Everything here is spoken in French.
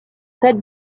tête